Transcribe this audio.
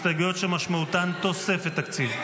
הסתייגויות שמשמעותן תוספת תקציב.